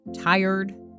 tired